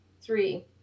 Three